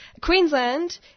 Queensland